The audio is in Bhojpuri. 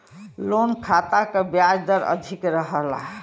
लोन खाता क ब्याज दर अधिक रहला